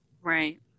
Right